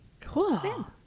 Cool